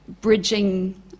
bridging